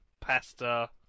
pasta